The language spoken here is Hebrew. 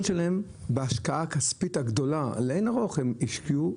שלהם ואת ההשקעה הכספית הגדולה לאין ערוך הם השקיעו